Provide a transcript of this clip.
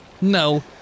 No